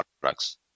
products